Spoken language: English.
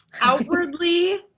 outwardly